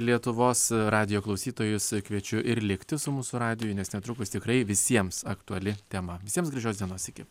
lietuvos radijo klausytojus kviečiu ir likti su mūsų radiju nes netrukus tikrai visiems aktuali tema visiems gražios dienos iki